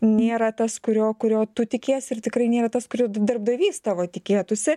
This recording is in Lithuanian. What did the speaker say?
nėra tas kurio kurio tu tikiesi ir tikrai nėra tas kurio darbdavys tavo tikėtųsi